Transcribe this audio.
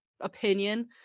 opinion